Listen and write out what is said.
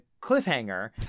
cliffhanger